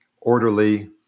orderly